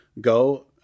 go